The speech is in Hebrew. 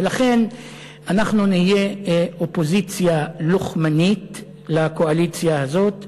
ולכן אנחנו נהיה אופוזיציה לוחמנית לקואליציה הזאת.